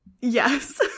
Yes